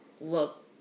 look